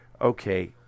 okay